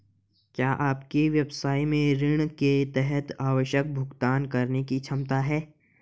क्या आपके व्यवसाय में ऋण के तहत आवश्यक भुगतान करने की क्षमता है?